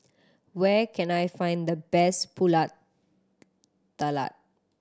where can I find the best Pulut Tatal